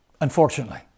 Unfortunately